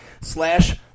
slash